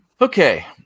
Okay